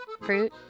fruit